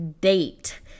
date